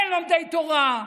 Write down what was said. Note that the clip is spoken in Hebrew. אין לומדי תורה,